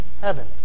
heaven